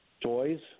Toys